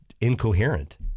incoherent